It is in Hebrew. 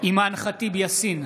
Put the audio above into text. אימאן ח'טיב יאסין,